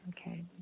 Okay